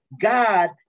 God